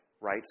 right